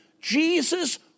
Jesus